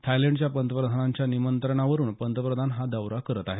थायलंडच्या पंतप्रधानांच्या निमंत्रणावरुन पंतप्रधान हा दौरा करत आहेत